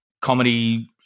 comedy